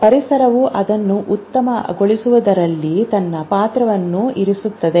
ಪರಿಸರವು ಅದನ್ನು ಉತ್ತಮಗೊಳಿಸುವಲ್ಲಿ ತನ್ನ ಪಾತ್ರವನ್ನು ಇರಿಸುತ್ತದೆ